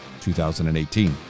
2018